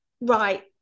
right